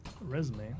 resume